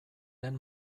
den